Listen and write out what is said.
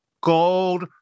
gold